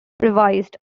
revised